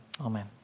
amen